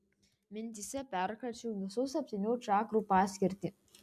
mintyse perkračiau visų septynių čakrų paskirtį